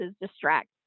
distract